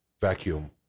vacuum